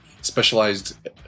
specialized